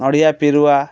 ନଡ଼ିଆ ପିରୁଆ